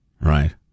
Right